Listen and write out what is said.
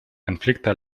конфликта